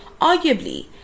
Arguably